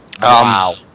wow